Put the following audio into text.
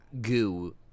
goo